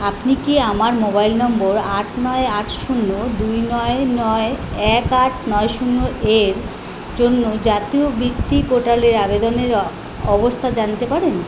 আপনি কি আমার মোবাইল নম্বর আট নয় আট শূন্য দুই নয় নয় এক আট নয় শূন্য এর জন্য জাতীয় বৃত্তি পোর্টালে আবেদনের অবস্থা জানতে পারেন